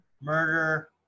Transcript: murder